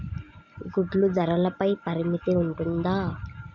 గుడ్లు ధరల పై పరిమితి ఉంటుందా?